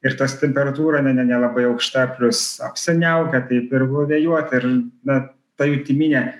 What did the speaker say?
ir tas temperatūra ne ne nelabai aukšta plius apsiniaukę taip ir va vėjuota ir na ta jutiminė